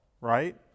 right